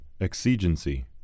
exigency